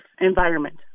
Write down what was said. environment